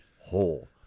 whole